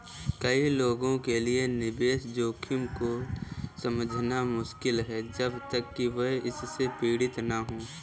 कई लोगों के लिए निवेश जोखिम को समझना मुश्किल है जब तक कि वे इससे पीड़ित न हों